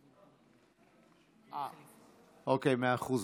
אה, אוקיי, מאה אחוז.